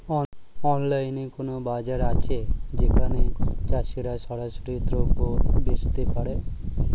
অনলাইনে কোনো বাজার আছে যেখানে চাষিরা সরাসরি দ্রব্য বেচতে পারে?